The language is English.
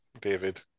David